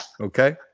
okay